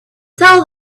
tell